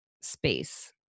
space